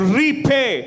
repay